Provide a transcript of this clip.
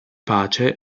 pace